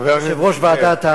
חבר הכנסת נסים זאב.